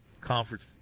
conference